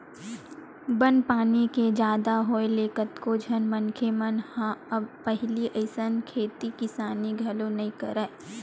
बन पानी के जादा होय ले कतको झन मनखे मन ह अब पहिली असन खेती किसानी घलो नइ करय